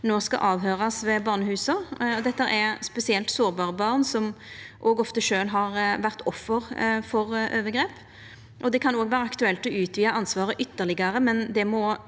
no skal avhøyrast ved barnehusa. Dette er spesielt sårbare barn, som òg ofte sjølve har vore ofre for overgrep. Det kan òg vera aktuelt å utvida ansvaret ytterlegare, men det må